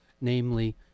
namely